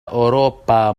أوروبا